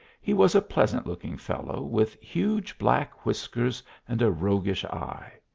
he was a pleasant looking feltow with huge black whiskers and a rogu ish eye.